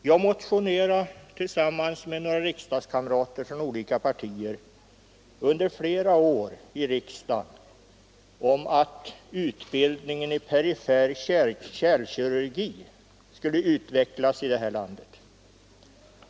Jag motionerade tillsammans med några riksdagskamrater från olika partier under flera år om att utbildningen i perifer kärlkirurgi skulle utvecklas i vårt land.